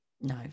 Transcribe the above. no